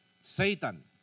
Satan